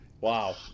Wow